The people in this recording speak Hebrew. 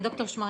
ד"ר שמריהו.